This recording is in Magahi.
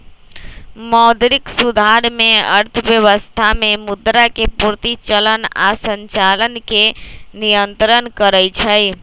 मौद्रिक सुधार में अर्थव्यवस्था में मुद्रा के पूर्ति, चलन आऽ संचालन के नियन्त्रण करइ छइ